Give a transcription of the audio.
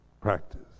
practice